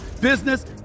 business